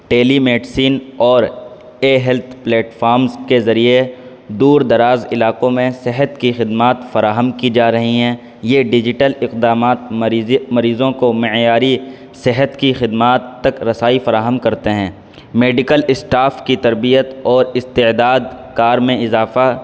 ٹیلی meat سین اور کے health پلیٹ فامز کے ذریعے دور دراز علاقوں میں صحت کی خدمات فراہم کی جا رہی ہیں یہ ڈیجیٹل اقدامات مریضوں مریضوں کو معیاری صحت کی خدمات تک رسائی فراہم کرتے ہیں میڈیکل اسٹاف کی تربیت اور استعداد کار میں اضافہ